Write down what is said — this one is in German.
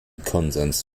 konsens